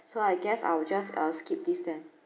so I guess I'll just uh skip this then